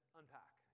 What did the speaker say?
unpack